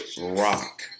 rock